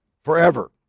forever